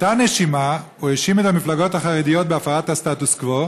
באותה נשימה הוא האשים את המפלגות החרדיות בהפרת הסטטוס-קוו,